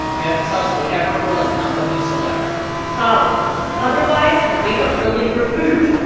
you have to tell us whatever it was not one you select khalid otherwise, he'll wake up early for food